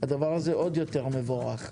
הדבר הזה עוד יותר מבורך.